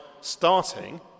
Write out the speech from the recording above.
starting